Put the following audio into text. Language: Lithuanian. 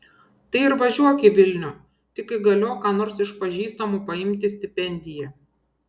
tai ir važiuok į vilnių tik įgaliok ką nors iš pažįstamų paimti stipendiją